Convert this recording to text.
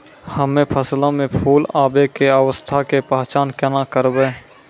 हम्मे फसलो मे फूल आबै के अवस्था के पहचान केना करबै?